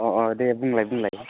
अ अ दे बुंलाय बुंलाय